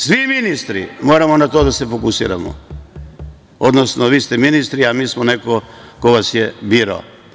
Svi ministri, moramo na to da se fokusiramo, odnosno, vi ste ministri, a mi smo neko ko vas je birao.